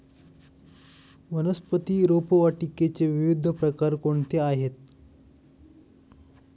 वनस्पती रोपवाटिकेचे विविध प्रकार कोणते आहेत?